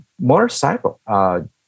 Motorcycle